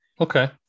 Okay